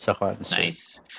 Nice